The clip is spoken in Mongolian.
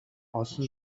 олон